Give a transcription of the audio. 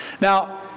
Now